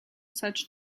such